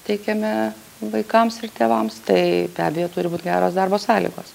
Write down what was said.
teikiame vaikams ir tėvams tai be abejo turi būt geros darbo sąlygos